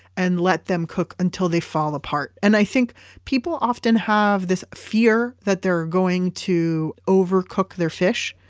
and let them cook until they fall apart. and i think people often have this fear that they're going to over cook their fish,